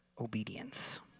obedience